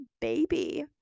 baby